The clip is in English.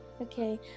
Okay